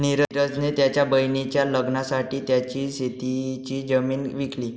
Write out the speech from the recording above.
निरज ने त्याच्या बहिणीच्या लग्नासाठी त्याची शेतीची जमीन विकली